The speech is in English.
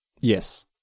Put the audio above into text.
Yes